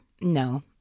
no